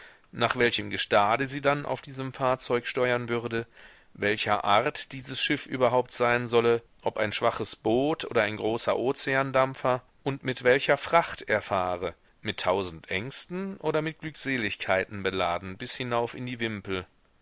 nach welchem gestade sie dann auf diesem fahrzeuge steuern würde welcher art dieses schiff überhaupt sein solle ob ein schwaches boot oder ein großer ozeandampfer und mit welcher fracht er fahre mit tausend ängsten oder mit glückseligkeiten beladen bis hinauf in die wimpel